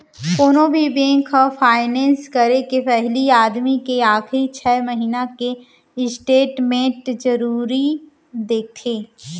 कोनो भी बेंक ह फायनेंस करे के पहिली आदमी के आखरी छै महिना के स्टेट मेंट जरूर देखथे